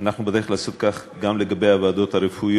אנחנו בדרך לעשות כך גם לגבי הוועדות הרפואיות.